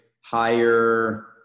higher